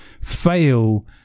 fail